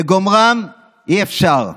"לגומרם אי-אפשר,